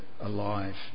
alive